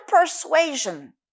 persuasion